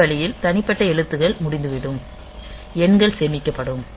இந்த வழியில் தனிப்பட்ட எழுத்துக்கள் முடிந்துவிடும் எண்கள் சேமிக்கப்படும்